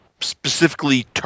specifically